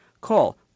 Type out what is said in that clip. Call